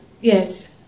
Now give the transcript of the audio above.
Yes